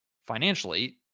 Financially